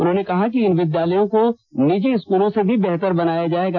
उन्होंने कहा कि इन विद्यालयों को निजी स्कूलों से भी बेहतर बनाया जाएगा